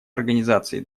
организаций